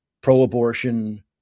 pro-abortion